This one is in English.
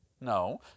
No